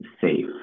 safe